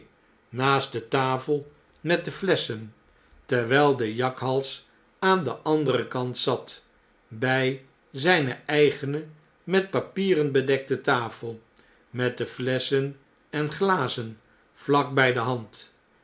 naast de tafel met de flessehen terwh'l de jakhals aan den anderen kant zat bij zijne eigene met papieren bedekte tafel met de flessehen en glazen vlak bjj de hand